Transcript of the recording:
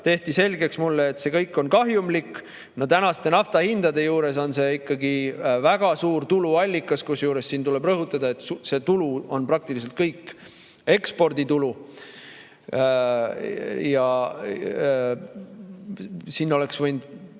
tehti mulle selgeks, et see kõik on kahjumlik. No tänaste naftahindade juures on see ikkagi väga suur tuluallikas, kusjuures tuleb rõhutada, et see tulu on praktiliselt kõik eksporditulu. Siin oleks võinud